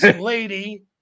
lady